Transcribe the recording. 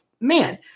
man